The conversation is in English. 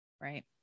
Right